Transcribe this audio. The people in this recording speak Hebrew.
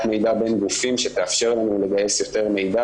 מידע בין גופים שתאפשר לנו לגייס יותר מידע,